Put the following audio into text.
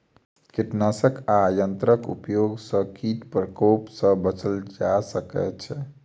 कीटनाशक आ यंत्रक उपयोग सॅ कीट प्रकोप सॅ बचल जा सकै छै